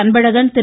Anbazhagan Thiru